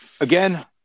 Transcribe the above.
Again